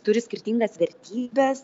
turi skirtingas vertybes